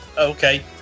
Okay